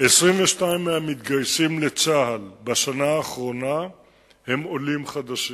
22% מהמתגייסים לצה"ל בשנה האחרונה הם עולים חדשים,